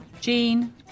Jean